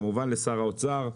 כמובן לשר האוצר,